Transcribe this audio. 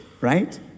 right